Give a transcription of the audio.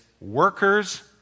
workers